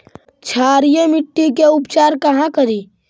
क्षारीय मिट्टी के उपचार कहा करी?